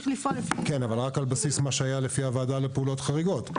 אבל רק על בסיס מה שהיה לפי הוועדה לפעולות חריגות.